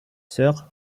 sœurs